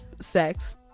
sex